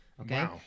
Okay